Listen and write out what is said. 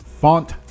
font